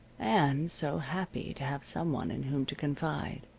and so happy to have some one in whom to confide.